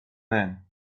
man